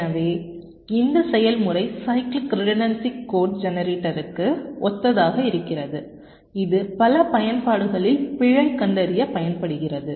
எனவே இந்த செயல்முறை சைக்ளிக் ரிடண்டன்சி கோட் ஜெனரேட்டருக்கு ஒத்ததாக இருக்கிறது இது பல பயன்பாடுகளில் பிழை கண்டறிய பயன்படுகிறது